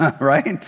right